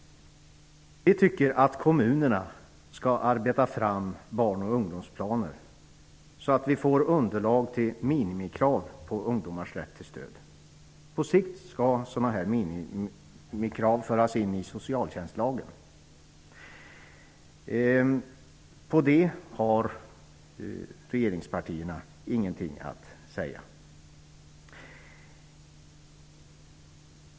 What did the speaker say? Vi tycker att kommunerna skall arbeta fram barnoch ungdomsplaner, så att vi får underlag för minimikrav på ungdomars rätt till stöd. På sikt skall sådana minimikrav föras in i socialtjänstlagen. Om det förslaget har regeringspartierna ingenting att säga.